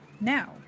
now